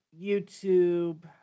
YouTube